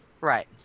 right